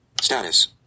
Status